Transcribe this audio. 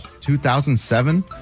2007